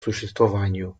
существованию